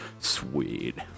sweet